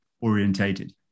orientated